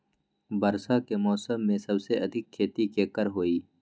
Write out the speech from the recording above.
वर्षा के मौसम में सबसे अधिक खेती केकर होई?